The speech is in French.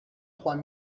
trois